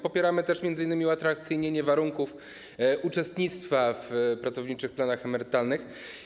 Popieramy też m.in. uatrakcyjnienie warunków uczestnictwa w pracowniczych planach emerytalnych.